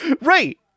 Right